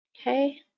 Okay